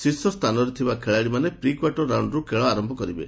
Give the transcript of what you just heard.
ଶୀର୍ଷସ୍ଥାନରେ ଥିବା ଖେଳାଳିମାନେ ପ୍ରିକ୍ୱାର୍ଟର ରାଉଣ୍ଡରୁ ଖେଳ ଆରମ୍ଭ କରିବେ